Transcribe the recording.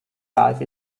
life